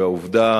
והעובדה